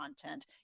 content